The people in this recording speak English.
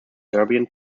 serbian